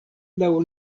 laŭ